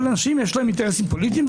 אבל לאנשים יש אינטרסים פוליטיים,